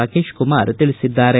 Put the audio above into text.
ರಾಕೇಶ್ ಕುಮಾರ್ ತಿಳಿಸಿದ್ದಾರೆ